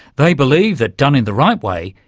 they believe that, done in the right way,